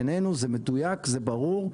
בעינינו זה מדויק וזה ברור,